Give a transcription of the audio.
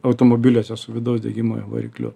automobiliuose su vidaus degimo jau varikliu